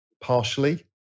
partially